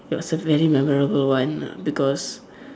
it was a very memorable one because